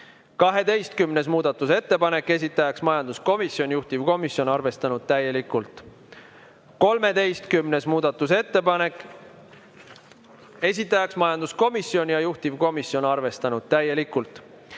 13. muudatusettepanek, esitaja majanduskomisjon ja juhtivkomisjon on arvestanud täielikult. 14. muudatusettepanek, esitaja majanduskomisjon, juhtivkomisjon on arvestanud täielikult.